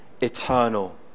eternal